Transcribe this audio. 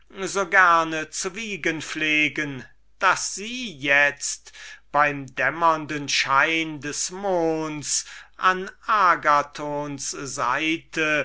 gerne zu wiegen pflegen daß sie itzt beim dämmernden schein des monds an agathons seite